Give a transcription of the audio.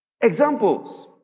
Examples